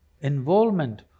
involvement